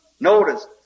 Notice